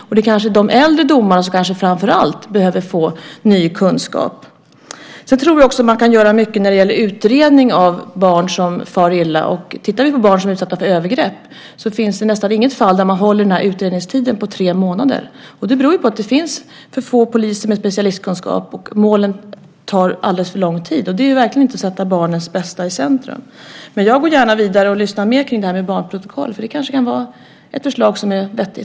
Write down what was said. Och det kanske är framför allt de äldre domarna som behöver få ny kunskap. Jag tror också att man kan göra mycket när det gäller utredning av barn som far illa. Och om vi tittar på barn som är utsatta för övergrepp finns det nästan inget fall där man håller utredningstiden på tre månader. Det beror på att det finns för få poliser med specialistkunskap och att målen tar alldeles för lång tid. Och det är verkligen inte att sätta barnens bästa i centrum. Men jag går gärna vidare och lyssnar mer på detta med barnprotokoll. Det kanske är ett vettigt förslag.